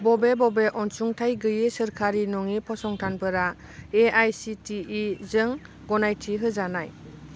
बबे बबे अनसुंथाइ गैयि सोरखारि नङि फसंथानफोरा A I C T E जों गनायथि होजानाय